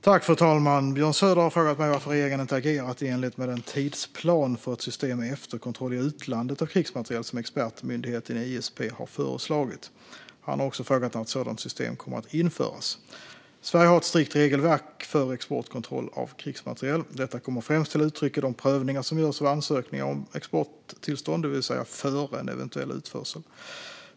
Fru talman! Björn Söder har frågat mig varför regeringen inte agerat i enlighet med den tidsplan för ett system med efterkontroll i utlandet av krigsmateriel som expertmyndigheten ISP har föreslagit. Han har också frågat när ett sådant system kommer att införas. Sverige har ett strikt regelverk för exportkontroll av krigsmateriel. Detta kommer främst till uttryck i de prövningar som görs av ansökningar om exporttillstånd, det vill säga före en eventuell utförsel.